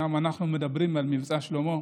אומנם אנחנו מדברים על מבצע שלמה,